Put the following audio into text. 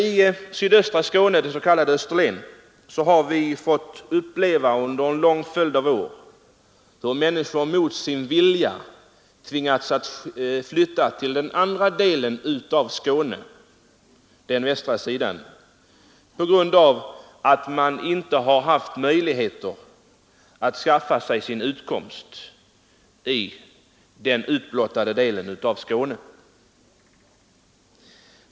I sydöstra Skåne, det s.k. Österlen, har vi under en lång följd av år fått uppleva att människor tvingats flytta till den andra delen av Skåne, den västra, på grund av att de inte har haft möjligheter att skaffa sig en utkomst i den utblottade delen av Skåne.